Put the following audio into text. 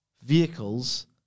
Vehicles